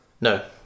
No